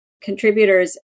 contributors